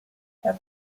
her